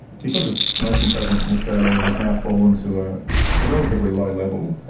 because smoking prevalence in australia has now fallen to a relatively low level,